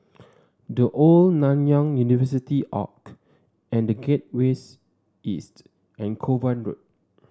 The Old Nanyang University Arch and The Gateways East and Kovan Road